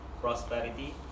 prosperity